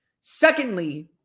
Secondly